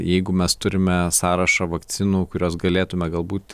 jeigu mes turime sąrašą vakcinų kurias galėtume galbūt